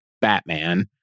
Batman